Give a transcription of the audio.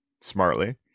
smartly